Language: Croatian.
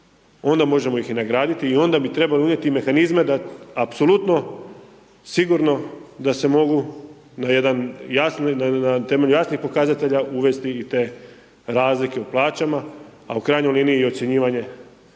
onda možemo ih i nagraditi i onda bi trebali unijeti mehanizme da apsolutno, sigurno, da se mogu na jedan jasni, na temelju jasnih pokazatelja uvesti i te razlike u plaćama, a u krajnjoj liniji i ocjenjivanje